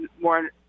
more